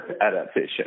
adaptation